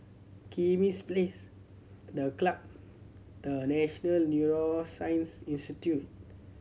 Kismis Place The Club The National Neuroscience Institute